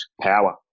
power